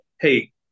hey